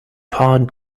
hard